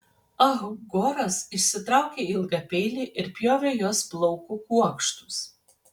ah goras išsitraukė ilgą peilį ir pjovė jos plaukų kuokštus